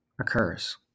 occurs